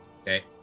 Okay